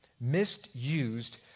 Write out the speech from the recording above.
misused